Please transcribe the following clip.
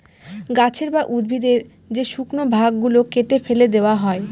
গাছের বা উদ্ভিদের যে শুকনো ভাগ গুলো কেটে ফেলে দেওয়া হয়